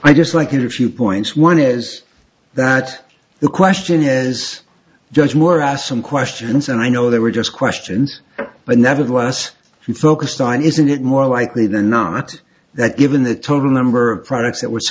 i just like in a few points one is that the question is does more ask some questions and i know they were just questions but nevertheless you focused on isn't it more likely than not that given the total number of products that w